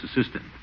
assistant